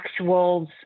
actuals